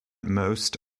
most